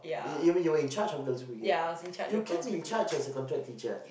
you you mean you were in charge of girl's-brigade you can be in charge as a contract teacher ah